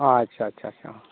ᱟᱪᱪᱷᱟ ᱟᱪᱪᱷᱟ ᱟᱪᱪᱷᱟ